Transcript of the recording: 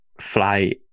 fly